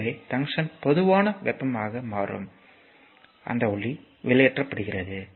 எனவே டங்ஸ்டன் போதுமான வெப்பமாக மாறும் அந்த ஒளி வெளியேற்றப்படுகிறது